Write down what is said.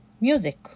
music